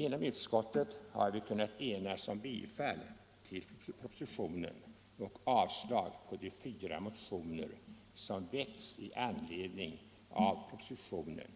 Inom utskottet har vi kunnat enas om tillstyrkan av propositionen och avstyrkan av de fyra motioner som väckts i anledning av propositionen